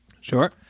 sure